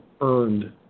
earned